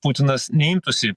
putinas neimtųsi